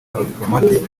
abadipolomate